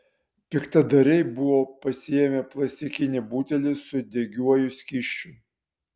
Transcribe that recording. piktadariai buvo pasiėmę plastikinį butelį su degiuoju skysčiu